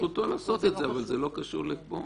זכותו לעשות את זה, אבל זה לא קשור לפה.